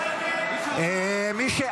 לא, רשמתי את מה שהוא הצביע.